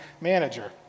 manager